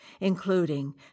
including